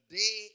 day